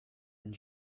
and